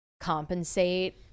compensate